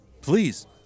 Please